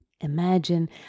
Imagine